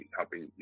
helping